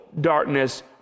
darkness